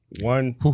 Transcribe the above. One